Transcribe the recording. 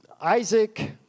Isaac